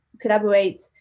collaborate